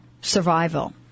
survival